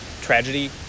tragedy